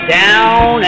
down